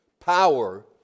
power